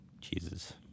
Jesus